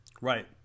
right